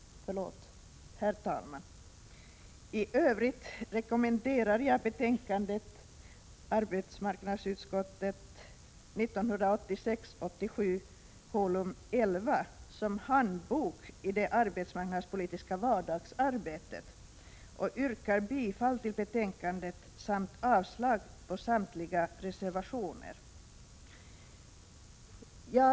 I övrigt rekommenderar jag arbetsmarknadsutskottets betänkande 1986/87:11 som handbok i det arbetsmarknadspolitiska vardagsarbetet och yrkar bifall till hemställan i betänkandet samt avslag på samtliga reservationer.